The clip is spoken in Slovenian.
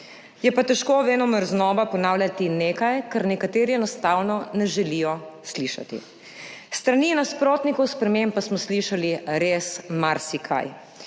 je pa težko venomer znova ponavljati nekaj, česar nekateri enostavno ne želijo slišati. S strani nasprotnikov sprememb pa smo slišali res marsikaj,